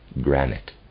granite